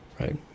Right